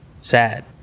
Sad